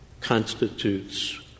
constitutes